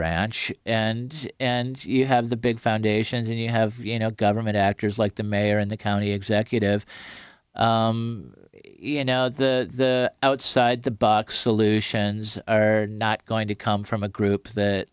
ranch and and you have the big foundations and you have you know government actors like the mayor and the county executive you know the outside the box solutions are not going to come from a group that